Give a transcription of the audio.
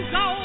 go